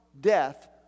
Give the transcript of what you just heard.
death